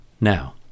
Now